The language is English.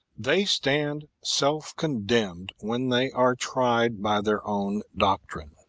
they stand self-condemned when they are tried by their own doc trine.